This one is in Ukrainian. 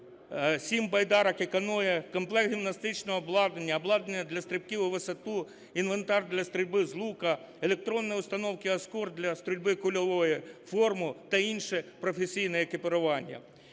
7 байдарок і каное, комплект гімнастичного обладнання, обладнання для стрибків у висоту, інвентар для стрільби з лука, електронні установки "Аскор" для стрільби кульової, форму та інше професійне екіпірування.